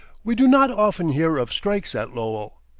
we do not often hear of strikes at lowell.